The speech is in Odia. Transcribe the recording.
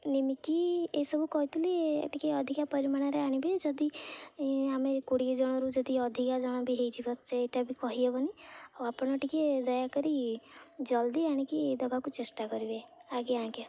ନିମିକି ଏସବୁ କହିଥିଲି ଟିକେ ଅଧିକା ପରିମାଣରେ ଆଣିବେ ଯଦି ଆମେ କୋଡ଼ିଏ ଜଣରୁ ଯଦି ଅଧିକା ଜଣ ବି ହେଇଯିବ ସେଇଟା ବି କହିହେବନି ଆଉ ଆପଣ ଟିକେ ଦୟାକରି ଜଲ୍ଦି ଆଣିକି ଦବାକୁ ଚେଷ୍ଟା କରିବେ ଆଜ୍ଞା ଆଜ୍ଞା